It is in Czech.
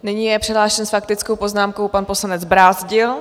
Nyní je přihlášen s faktickou poznámkou pan poslanec Brázdil.